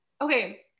Okay